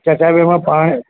એટલે સાહેબ એમાં પાણી